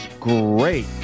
great